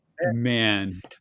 Man